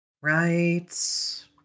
right